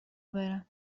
برم